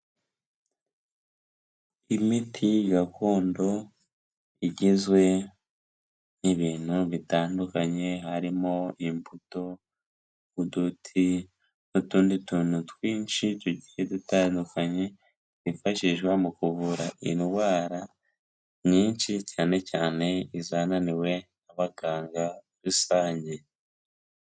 Imiti gakondo igizwe n'ibintu bitandukanye harimo imbuto, uduti n'utundi tuntu twinshi tugiye dutandukanye twifashishwa mu kuvura indwara nyinshi cyane cyane izananiwe abaganga rusange.